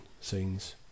scenes